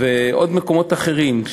ועוד מקומות אחרים.